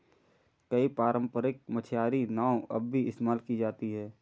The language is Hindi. कई पारम्परिक मछियारी नाव अब भी इस्तेमाल की जाती है